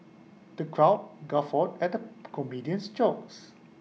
the crowd guffawed at the comedian's jokes